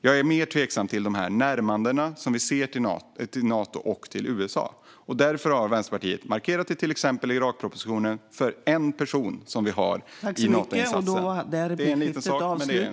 Jag är mer tveksam till närmandena till Nato och USA, och därför har Vänsterpartiet markerat i till exempel Irakpropositionen för en person i Natoinsatsen.